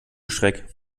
schreck